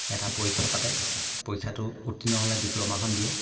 এটা পৰীক্ষা পাতে পৰীক্ষাটো উত্তীৰ্ণ হ'লে ডিপ্ল'মাখন দিয়ে